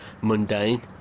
mundane